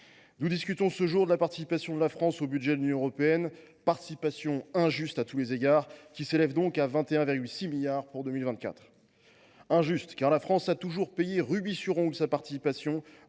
Nous discutons ce jour de la participation de la France au budget de l’Union européenne, participation injuste à tous égards, qui s’élève donc à 21,6 milliards pour 2024. Injuste d’abord, car la France a toujours payé rubis sur l’ongle sa participation,